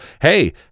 hey